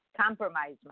compromise